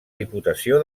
diputació